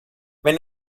wenn